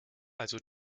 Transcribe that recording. also